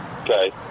Okay